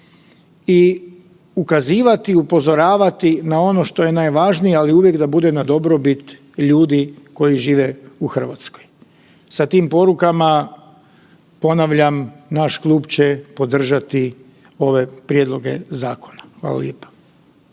i ukazivati i upozoravati na ono što je najvažnije, ali uvijek da bude na dobrobit ljudi koji žive u RH. Sa tim porukama, ponavljam, naš klub će podržati ove prijedloge zakona. Hvala lijepa.